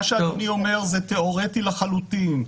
מה שאדוני אומר זה תיאורטי לחלוטין.